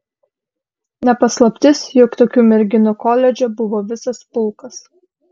ne paslaptis jog tokių merginų koledže buvo visas pulkas